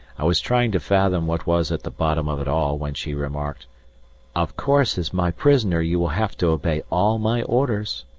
i was trying to fathom what was at the bottom of it all when she remarked of course, as my prisoner you will have to obey all my orders.